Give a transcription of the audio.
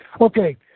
okay